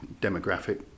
demographic